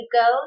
go